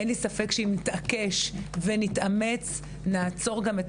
אין לי ספק שאם נתעקש ואם נתאמץ,